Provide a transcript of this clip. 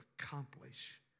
accomplish